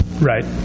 Right